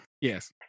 Yes